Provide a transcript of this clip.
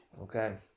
Okay